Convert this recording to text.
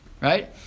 Right